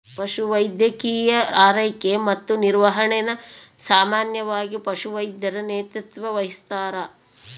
ಪಶುವೈದ್ಯಕೀಯ ಆರೈಕೆ ಮತ್ತು ನಿರ್ವಹಣೆನ ಸಾಮಾನ್ಯವಾಗಿ ಪಶುವೈದ್ಯರು ನೇತೃತ್ವ ವಹಿಸ್ತಾರ